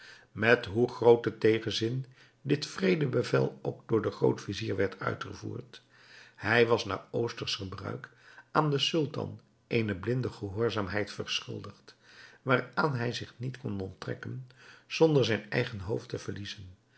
met hoe grooten tegenzin dit wreede bevel ook door den groot-vizier werd uitgevoerd hij was naar oostersch gebruik aan den sultan eene blinde gehoorzaamheid verschuldigd waaraan hij zich niet kon onttrekken zonder zijn eigen hoofd te verliezen